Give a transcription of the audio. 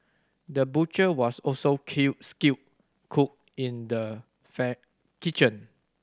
the butcher was also kill skilled cook in the kitchen